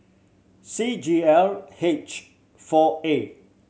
C G L H four A